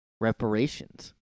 reparations